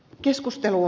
keskustelua